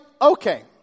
okay